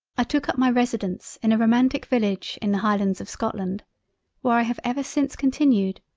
i took up my residence in a romantic village in the highlands of scotland where i have ever since continued,